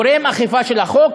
גורם אכיפה של החוק,